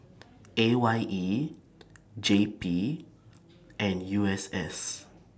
A Y E J P and U S S